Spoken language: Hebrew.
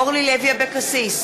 אורלי לוי אבקסיס,